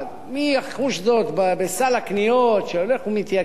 מי יחוש זאת בסל הקניות שהולך ומתייקר?